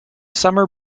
summer